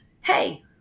Hey